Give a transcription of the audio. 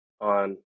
on